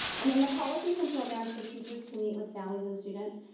and then the policies and programs for teachers to meet with families and students,